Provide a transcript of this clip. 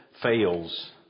fails